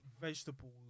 vegetables